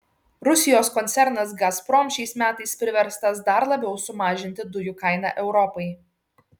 rusijos koncernas gazprom šiais metais priverstas dar labiau sumažinti dujų kainą europai